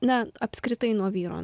ne apskritai nuo vyro